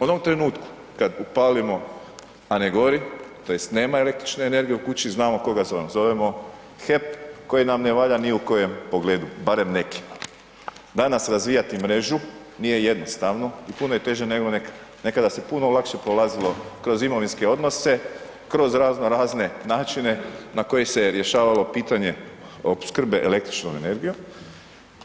U onom trenutku kad upalimo, a ne gori tj. nema električne energije u kući, znamo koga zovemo, zovemo HEP koji nam ne valja ni u kojem pogledu, barem nekima, danas razvijati mrežu nije jednostavno i puno je teže nego nekada, nekada se puno lakše prolazilo kroz imovinske odnose, kroz razno razne načine na koji se je rješavalo pitanje opskrbe električnom energijom